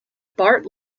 bart